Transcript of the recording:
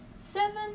seven